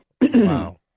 Wow